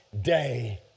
day